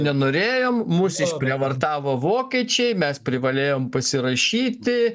nenorėjom mus išprievartavo vokiečiai mes privalėjom pasirašyti